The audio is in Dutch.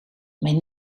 mijn